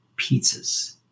pizzas